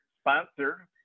sponsor